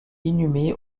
inhumé